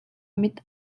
mit